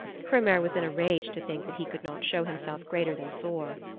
hrymer was in a rage to think that he could not show himself greater than thor.